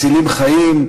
מצילים חיים.